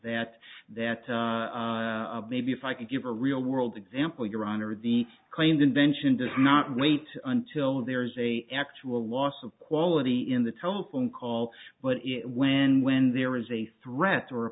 that that maybe if i could give a real world example of your honor the claimed invention does not wait until there is a actual loss of quality in the telephone call but it when when there is a threat or a